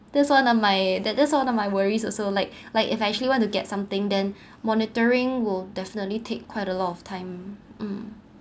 that's one of my that that's one of my worries also like like if I actually want to get something then monitoring will definitely take quite a lot of time mm